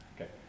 okay